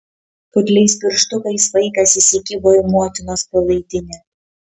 putliais pirštukais vaikas įsikibo į motinos palaidinę